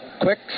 Quick